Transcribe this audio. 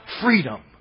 freedom